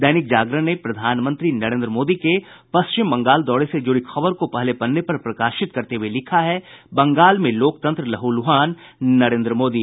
दैनिक जागरण ने प्रधानमंत्री नरेन्द्र मोदी के पश्चिम बंगाल दौरे से जुड़ी खबर को पहले पन्ने पर प्रकाशित करते हुए लिखा है बंगाल में लोकतंत्र लहूलुहान नरेन्द्र मोदी